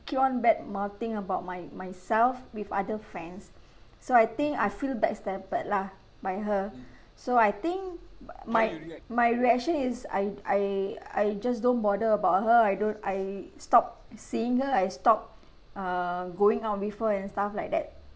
keep on bad mouthing about my myself with other friends so I think I feel backstabbed lah by her so I think b~ my my reaction is I I I just don't bother about her I don't I stopped seeing her I stopped err going out with her and stuff like that